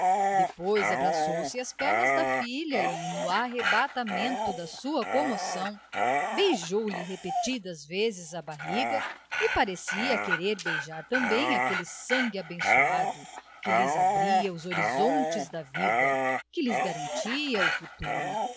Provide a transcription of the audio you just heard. depois abraçou-se às pernas da filha e no arrebatamento de sua comoção beijou-lhe repetidas vezes a barriga e parecia querer beijar também aquele sangue abençoado que lhes abria os horizontes da vida que lhes garantia o futuro